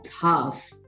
tough